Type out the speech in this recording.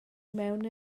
mewn